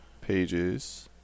pages